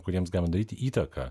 kuriems galima daryti įtaką